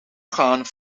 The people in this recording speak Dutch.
gaan